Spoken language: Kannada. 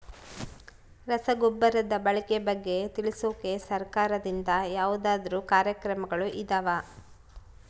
ರಸಗೊಬ್ಬರದ ಬಳಕೆ ಬಗ್ಗೆ ತಿಳಿಸೊಕೆ ಸರಕಾರದಿಂದ ಯಾವದಾದ್ರು ಕಾರ್ಯಕ್ರಮಗಳು ಇದಾವ?